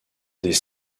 des